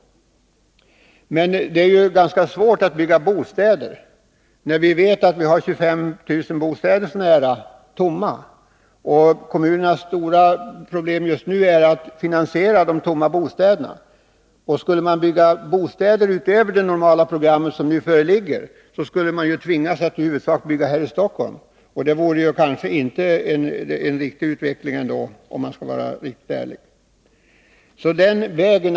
11 juni 1982 Det är ganska svårt att bygga bostäder när man vet att 25 000 bostäder står tomma och att kommunernas stora problem just nu är att finansiera de Åtgärder för de tomma bostäderna. Skulle man bygga bostäder utöver det normala program som nu föreligger, skulle man tvingas att bygga huvudsakligen här i Stockholm, och det vore kanske ändå inte en riktig utveckling, om man skall vara ärlig.